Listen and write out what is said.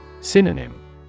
Synonym